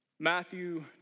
Matthew